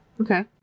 Okay